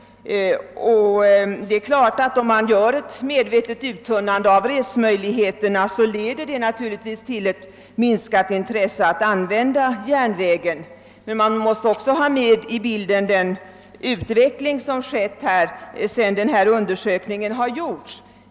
Det är klart att om man medvetet uttunnar resemöjligheterna, leder detta till ett minskat intresse för att använda järnvägen. Man måste också ha med i bilden den utveckling som skett sedan undersökningen gjordes.